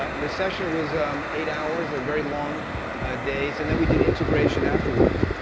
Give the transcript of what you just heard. ah the session was eight hours. they're very long days. and then we did integration afterwards.